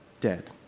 dead